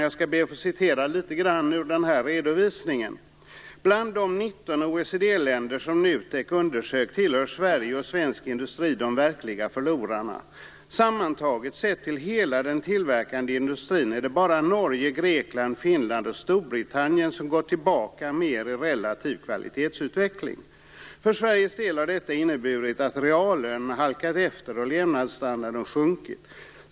Jag skall citera litet grand av den redovisningen: "Bland de nitton OECD-länder som Nutek undersökt tillhör Sverige och svensk industri de verkliga förlorarna. Sammantaget, sett till hela den tillverkande industrin, är det bara Norge, Grekland, Finland och Storbritannien som går tillbaka mer i relativ kvalitetsutveckling. För Sveriges del har detta inneburit att reallönerna halkat efter och levnadsstandarden sjunkit.